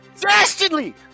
Dastardly